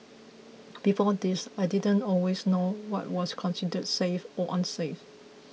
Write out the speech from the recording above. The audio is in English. before this I didn't always know what was considered safe or unsafe